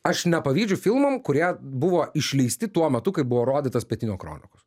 aš nepavydžiu filmam kurie buvo išleisti tuo metu kai buvo rodytos pietinio kronikos